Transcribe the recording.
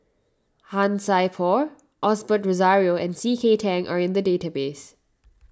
Han Sai Por Osbert Rozario and C K Tang are in the database